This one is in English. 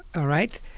all right.